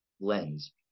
lens